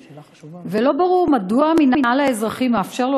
לא ברור מדוע המינהל האזרחי מאפשר לו